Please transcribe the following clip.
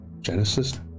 Genesis